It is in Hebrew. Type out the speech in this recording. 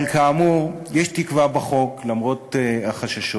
אבל, כאמור, יש תקווה בחוק, למרות החששות.